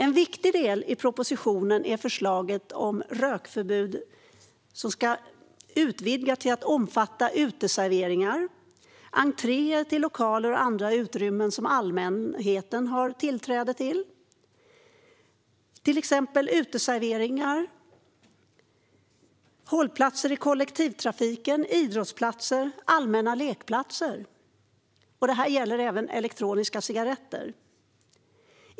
En viktig del i propositionen är förslaget att rökförbud utvidgas till att omfatta uteserveringar, entréer till lokaler och andra utrymmen som allmänheten har tillträde till liksom hållplatser i kollektivtrafik, idrottsplatser och allmänna lekplatser. Detta gäller även elektroniska cigaretter.